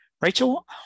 Rachel